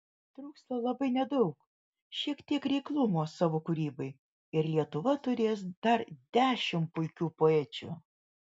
trūksta labai nedaug šiek tiek reiklumo savo kūrybai ir lietuva turės dar dešimt puikių poečių